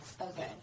Okay